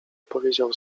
powiedział